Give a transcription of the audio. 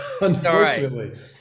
unfortunately